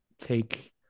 take –